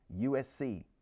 USC